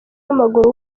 w’amaguru